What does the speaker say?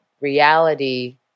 reality